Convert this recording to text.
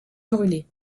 brûlés